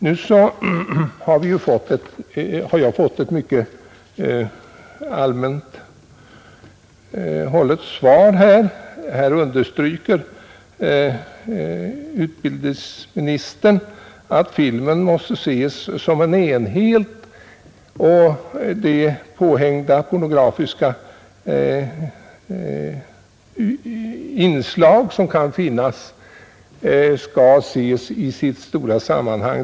Nu har jag fått ett mycket allmänt hållet svar. Utbildningsministern understryker att filmen måste ses som en enhet och att de påhängda pornografiska inslag som kan finnas skall ses i sitt stora sammanhang.